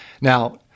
Now